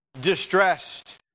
distressed